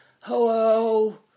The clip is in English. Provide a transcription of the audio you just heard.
Hello